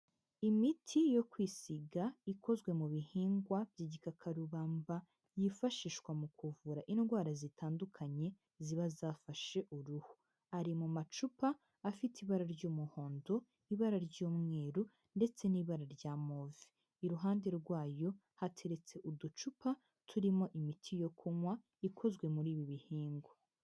Imiti yo kwisiga ikozwe mu bihingwa by'igikakarubamba, yifashishwa mu kuvura indwara zitandukanye ziba zafashe uruhu, ari mu macupa afite ibara ry'umuhondo, ibara ry'umweru ndetse n'ibara rya move, iruhande rwayo hateretse uducupa turimo imiti yo kunywa ikozwe muri ibi bihingwa.